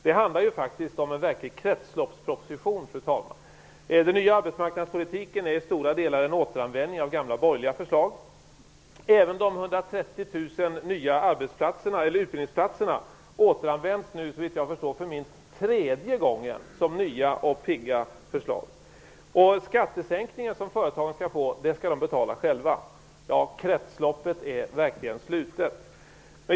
Det handlar ju faktiskt om en kretsloppsproposition, fru talman. Den nya arbetsmarknadspolitiken är i stora delar en återanvändning av gamla borgerliga förslag. Även de 130 000 nya utbildningsplatserna återanvänds nu för minst tredje gången som nya och pigga förslag. Och den skattesänkning som företagen skall få skall de betala själva. Ja, kretsloppet är verkligen slutet.